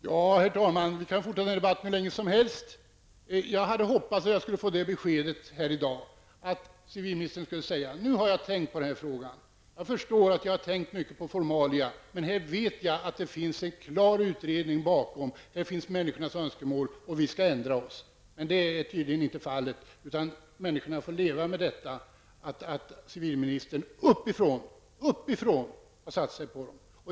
Herr talman! Vi kan fortsätta denna debatt hur länge som helst. Jag hade hoppats att civilministern i dag skulle ge mig beskedet: Nu har jag tänkt på den här frågan, jag förstår att jag har tänkt mycket på formalia, men nu vet jag att det finns en färdig utredning bakom, det här är människornas önskemål. Vi skall ändra oss. Men detta är tydligen inte fallet. Människorna får leva med att civilministern uppifrån har satt sig på dem.